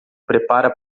prepara